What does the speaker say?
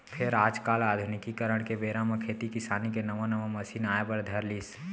फेर आज काल आधुनिकीकरन के बेरा म खेती किसानी के नवा नवा मसीन आए बर धर लिस